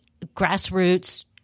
grassroots